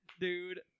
Dude